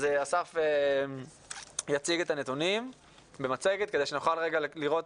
אסף יציג את הנתונים במצגת כדי שנוכל לראות